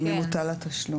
על מי מוטל התשלום.